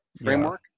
framework